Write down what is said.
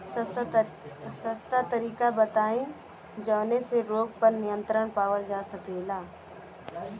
सस्ता तरीका बताई जवने से रोग पर नियंत्रण पावल जा सकेला?